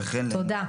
תודה.